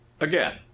again